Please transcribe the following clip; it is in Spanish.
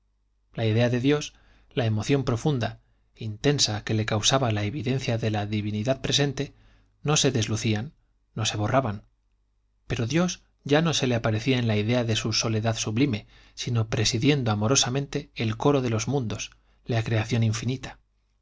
la idea de dios la emoción profunda intensa que le causaba la evidencia de la divinidad presente no se deslucían no se borraban pero dios ya no se le aparecía en la idea de su soledad sublime sino presidiendo amorosamente el coro de los mundos la creación infinita